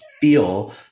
feel